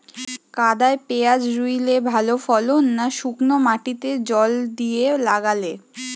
কাদায় পেঁয়াজ রুইলে ভালো ফলন না শুক্নো মাটিতে জল দিয়ে লাগালে?